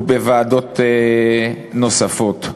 ובוועדות נוספות.